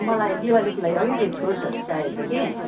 मलाई दिवालीको लागि अलिकति फ्रुट्सहरू चाहिएको थियो कि